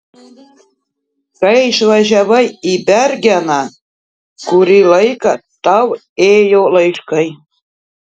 kai išvažiavai į bergeną kurį laiką tau ėjo laiškai